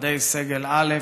מכובדי סגל א',